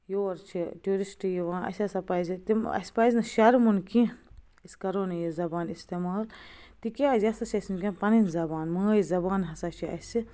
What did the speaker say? یور چھِ ٹیوٗرِسٹ یِوان اَسہِ ہَسا پَزِ تِم اَسہِ پَزِ نہٕ شرمُن کیٚنٛہہ أسۍ کَرو نہٕ یہِ زبان اِستعمال تِکیٛازِ یہِ ہَسا چھِ اَسہِ وٕنۍکٮ۪ن پنٕنۍ زبان مٲج زبان ہَسا چھِ اَسہِ